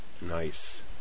Nice